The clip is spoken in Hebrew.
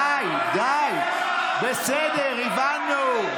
בסדר, הבנו.